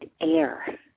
air